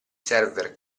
server